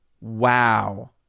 wow